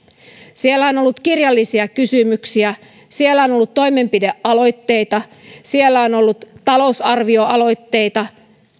siellä on ollut kirjallisia kysymyksiä siellä on ollut toimenpidealoitteita siellä on ollut talousarvioaloitteita